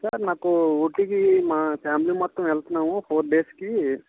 sir మాకు ఊటికి మా ఫ్యామిలీ మొత్తం వెళుతున్నాము ఫోర్ డేస్కి